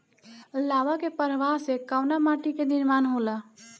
लावा क प्रवाह से कउना माटी क निर्माण होला?